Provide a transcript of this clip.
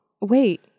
Wait